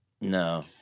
No